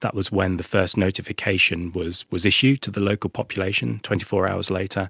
that was when the first notification was was issued to the local population, twenty four hours later,